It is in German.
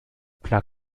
plug